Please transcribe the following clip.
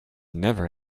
never